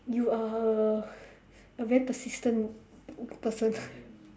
you are a a very persistent person